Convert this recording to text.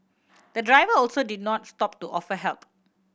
the driver also did not stop to offer help